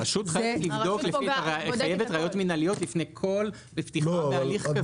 הרשות חייבת ראיות מנהליות לפני כל פתיחה בהליך כזה.